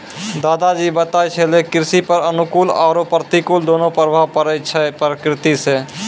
दादा जी बताय छेलै कृषि पर अनुकूल आरो प्रतिकूल दोनों प्रभाव पड़ै छै प्रकृति सॅ